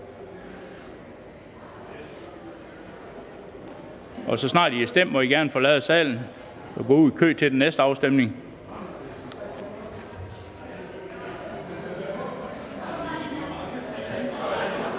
Så snart I har stemt, må I gerne forlade salen og gå ud i kø til den næste afstemning.